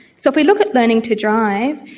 so if we look at learning to drive,